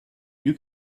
you